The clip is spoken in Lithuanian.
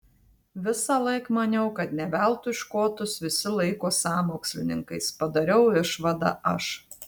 visąlaik maniau kad ne veltui škotus visi laiko sąmokslininkais padariau išvadą aš